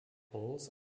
holes